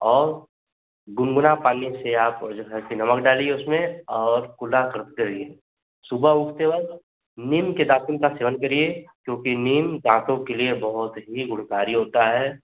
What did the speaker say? और गुनगुना पानी से आप जो है निमक डालिए उसमे और कुल्ला करते रहिये सुबह उठते वक्त निम के दातुन का सेवन करिए क्योंकि नीम दांतों के लिए बहुत ही गुणकारी होता है